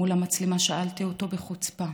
ומול המצלמה שאלתי אותו בחוצפה: